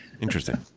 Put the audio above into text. Interesting